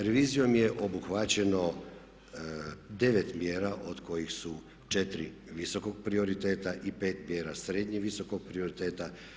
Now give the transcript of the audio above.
Revizijom je obuhvaćeno 9 mjera od kojih su 4 visokog prioriteta i 5 mjera srednje visokog prioriteta.